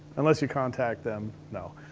unless you contact them. no.